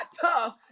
tough